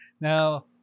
now